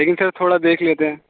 لیکن سر تھوڑا دیکھ لیتے ہیں